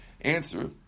Answer